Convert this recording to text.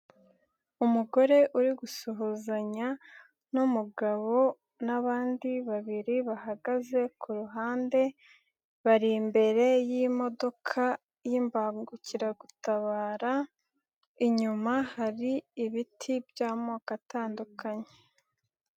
Umugore uri gusuhuzanya n'umugabo n'abandi babiri bahagaze ku ruhande, bari imbere y'imodoka y'imbangukiragutabara, inyuma hari ibiti by'amoko atandukanye.